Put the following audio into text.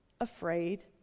afraid